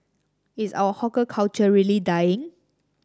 is our hawker culture really dying